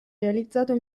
realizzato